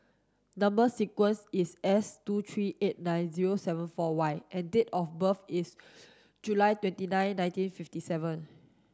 number sequence is S two three eight nine zero seven four Y and date of birth is July twenty nine nineteen fifty seven